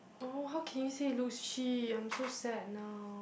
oh how can you say it looks cheap I'm so sad now